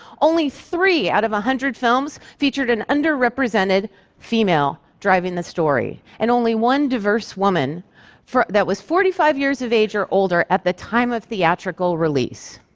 only three out of a hundred films featured an underrepresented female driving the story, and only one diverse woman that was forty five years of age or older at the time of theatrical release.